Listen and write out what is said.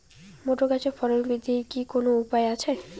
Motor গাছের ফলন বৃদ্ধির কি কোনো উপায় আছে?